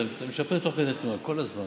זה משתפר תוך כדי תנועה, כל הזמן.